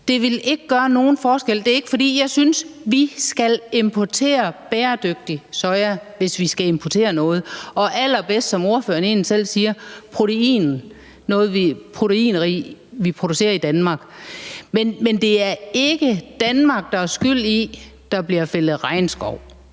Det ville ikke gøre nogen forskel. Jeg synes, vi skal importere bæredygtigt soja, hvis vi skal importere noget, og allerbedst, som ordføreren egentlig selv siger, bruge noget proteinrigt, vi producerer i Danmark. Men det er ikke Danmark, der er skyld i, at der bliver fældet regnskov.